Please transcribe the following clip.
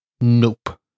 Nope